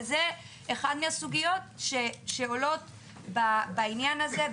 וזאת אחת הסוגיות שעולות בעניין הזה,